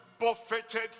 buffeted